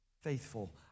faithful